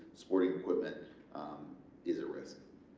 sporting equipment is a risk?